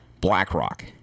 BlackRock